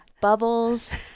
bubbles